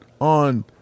on